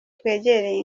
twegereye